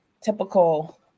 typical